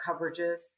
coverages